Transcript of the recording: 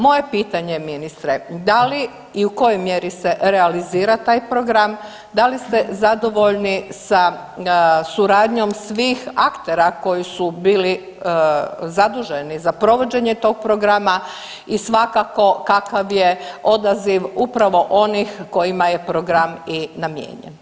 Moje pitanje je ministre, da li i u kojoj mjeri se realizira taj program, da li ste zadovoljni sa suradnjom svih aktera koji su bili zaduženi za provođenje tog programa i svakako kakav je odaziv upravo onih kojima je program i namijenjen.